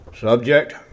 Subject